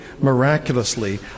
miraculously